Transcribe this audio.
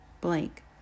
blank